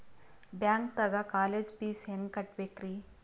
ಬ್ಯಾಂಕ್ದಾಗ college fees ಹೆಂಗ್ ಕಟ್ಟ್ಬೇಕ್ರಿ?